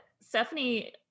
Stephanie